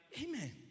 Amen